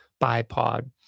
bipod